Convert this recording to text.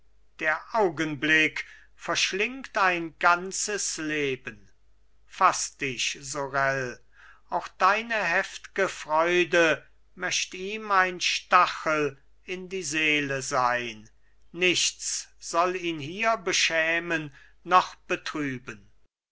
der augenblick verschlingt ein ganzes leben faß dich sorel auch deine heftge freude möcht ihm ein stachel in die seele sein nichts soll ihn hier beschämen noch betrüben